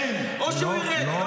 אדוני היושב-ראש, זה נוגד את התקנון.